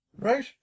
Right